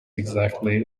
exactly